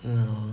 I know